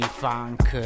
funk